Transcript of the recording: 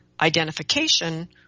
identification